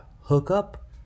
Hookup